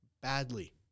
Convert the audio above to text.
badly